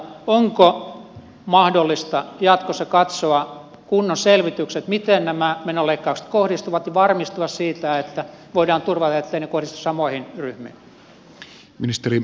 onko mahdollista jatkossa katsoa kunnon selvitykset miten nämä menoleikkaukset kohdistuvat ja varmistua siitä että voidaan turvata etteivät ne kohdistu samoihin ryhmiin